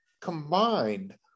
combined